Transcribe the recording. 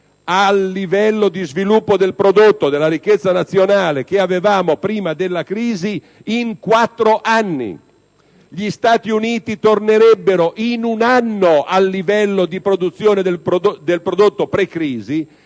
al livello di sviluppo del prodotto e della ricchezza nazionale precedente la crisi in quattro anni; gli Stati Uniti tornerebbero in un anno al livello di sviluppo del prodotto pre-crisi